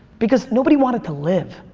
because nobody wanted to live.